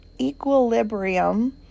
equilibrium